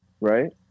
right